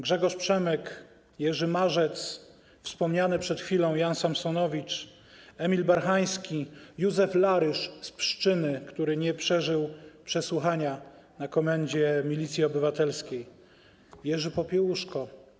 Grzegorz Przemyk, Jerzy Marzec, wspomniany przed chwilą Jan Samsonowicz, Emil Barchański, Józef Larysz z Pszczyny, który nie przeżył przesłuchania na komendzie Milicji Obywatelskiej, Jerzy Popiełuszko.